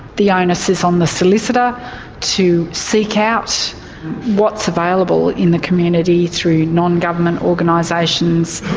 the onus is on the solicitor to seek out what's available in the community through non-government organisations,